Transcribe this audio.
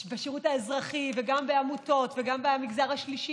בשירות האזרחי וגם בעמותות וגם במגזר השלישי,